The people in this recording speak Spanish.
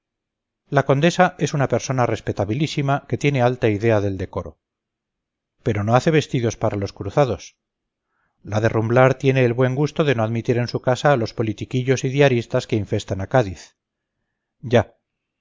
la condesa es una persona respetabilísima que tiene alta idea del decoro pero no hace vestidos para los cruzados la de rumblar tiene el buen gusto de no admitir en su casa a los politiquillos y diaristas que infestan a cádiz ya